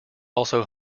also